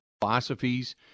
philosophies